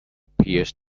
pierced